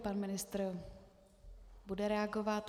Pan ministr bude reagovat.